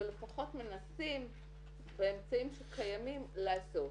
אבל לפחות מנסים באמצעים שקיימים לעשות.